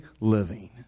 living